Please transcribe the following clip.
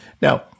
now